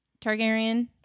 Targaryen